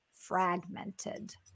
fragmented